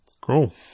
Cool